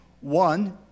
One